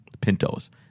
Pintos